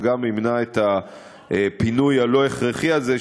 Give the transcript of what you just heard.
וגם ימנע את הפינוי הלא-הכרחי הזה,